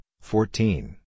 fourteen